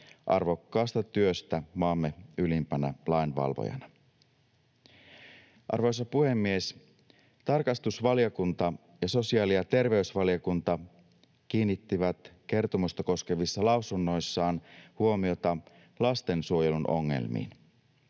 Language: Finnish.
arvokkaasta työstä maamme ylimpänä lainvalvojana. Arvoisa puhemies! Tarkastusvaliokunta ja sosiaali- ja terveysvaliokunta kiinnittivät kertomusta koskevissa lausunnoissaan huomiota lastensuojelun ongelmiin.